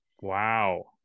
Wow